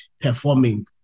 performing